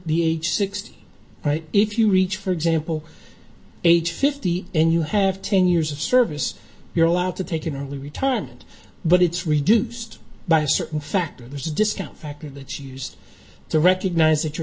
age sixty right if you reach for example age fifty and you have ten years of service you're allowed to take an early retirement but it's reduced by a certain factors discount factor that she used to recognise that you're